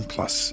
Plus